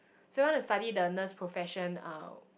so you want to study the nurse profession um